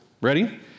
ready